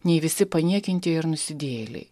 nei visi paniekintie ir nusidėjėliai